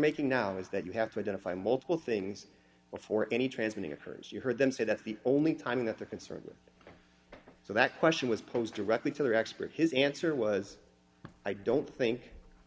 making now is that you have to identify multiple things before any transmitting occurs you heard them say that the only time that the concert so that question was posed directly to the expert his answer was i don't think